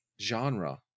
genre